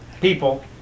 people